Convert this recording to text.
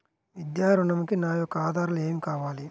విద్యా ఋణంకి నా యొక్క ఆధారాలు ఏమి కావాలి?